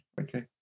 Okay